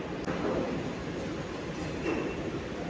ತೆರಿಗೆ ಸ್ವರ್ಗಗಳ ಯಾಕ ಅಸ್ತಿತ್ವದಾಗದವ